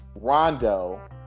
Rondo